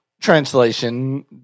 Translation